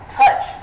touch